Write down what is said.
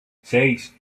seis